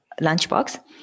lunchbox